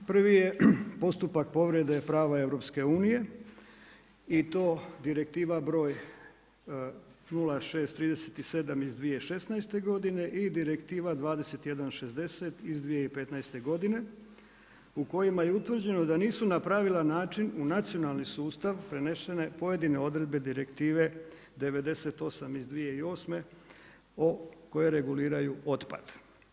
Prvi je postupak povrede prava EU i to Direktiva br. 0637 iz 2016. godine i Direktiva 2160 iz 2015. godine u kojima je utvrđeno da nisu na pravilan način u nacionalni sustav prenesene pojedine odredbe Direktive 98 koje reguliraju otpad.